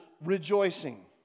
rejoicing